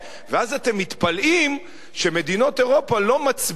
ואז אתם מתפלאים שמדינות אירופה לא מצביעות,